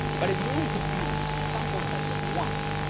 but if you only use a sample size of one,